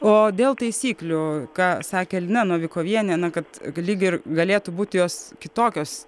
o dėl taisyklių ką sakė lina novikovienė na kad lyg ir galėtų būti jos kitokios